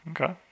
okay